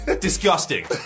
Disgusting